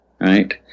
right